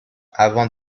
avant